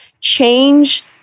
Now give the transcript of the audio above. change